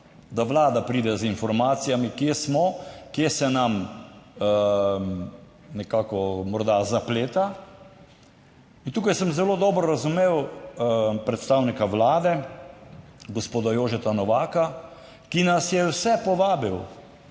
da Vlada pride z informacijami kje smo, kje se nam nekako morda zapleta in tukaj sem zelo dobro razumel predstavnika Vlade, gospoda Jožeta Novaka, ki nas je vse povabil,